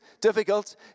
difficult